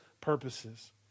purposes